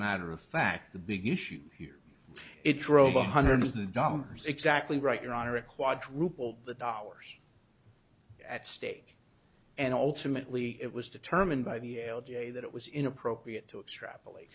matter of fact the big issue here it drove one hundred dollars exactly right your honor a quadruple the dollars at stake and ultimately it was determined by the way that it was inappropriate to extrapolate